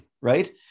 Right